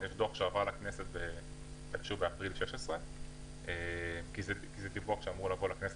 יש דוח בנושא שהועבר לכנסת באפריל 2016. זה דיווח שאמור לעבור לכנסת.